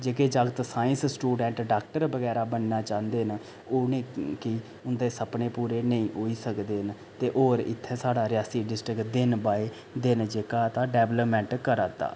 जेह्के जागत science student doctor बगैरा बनना चांह्दे न उ'नेंगी उं'दे सपने पूरे नेईं होई सकदे न ते होर साढ़ा इत्थें रियासी डिस्ट्रिक्ट दिन बाए दिन जेह्का डेवल्पमेंट करा दा